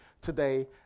today